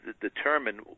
determine